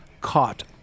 caught